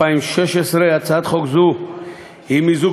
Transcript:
התשע"ו 2016. הצעת חוק זו היא מיזוג